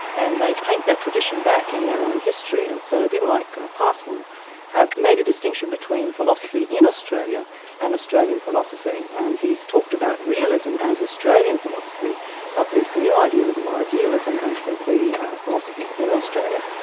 and they paint that tradition back in their own history, and so people like passmore have made a distinction between philosophy in australia and australian philosophy, and he's talked about realism as australian philosophy but this new idealism, or idealism as simply philosophy in australia.